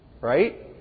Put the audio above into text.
right